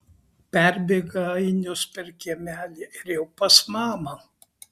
perbėga ainius per kiemelį ir jau pas mamą